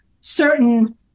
certain